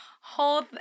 whole